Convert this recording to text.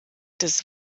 des